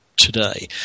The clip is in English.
today